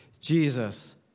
Jesus